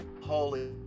holy